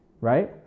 right